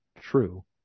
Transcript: true